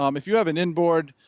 um if you have an inboard,